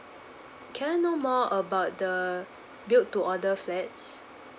can I know more about the build to order flats